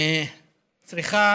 צריכה